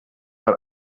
man